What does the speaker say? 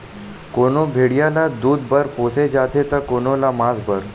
कोनो भेड़िया ल दूद बर पोसे जाथे त कोनो ल मांस बर